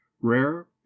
rare